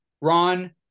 Ron